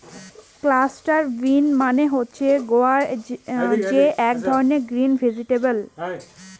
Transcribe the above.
cluster bean মানে হচ্ছে গুয়ার যে এক ধরনের গ্রিন ভেজিটেবল